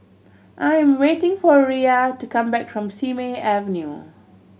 I am waiting for Riya to come back from Simei Avenue